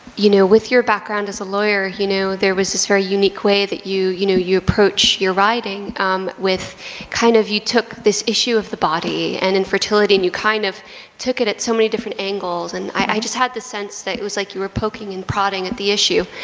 you know with your background as a lawyer, you know there was this very unique way that you, you know, you approach your writing um with kind of, you took this issue of the body and infertility and you kind of took it at so many different angles and i just had the sense that it was like you were poking and prodding at the issue.